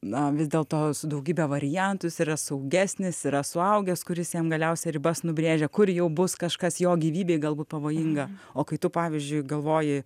na vis dėlto su daugybe variantų jis yra saugesnis yra suaugęs kuris jam galiausiai ribas nubrėžia kur jau bus kažkas jo gyvybei galbūt pavojinga o kai tu pavyzdžiui galvoji